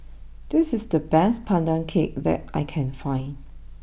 this is the best Pandan Cake that I can find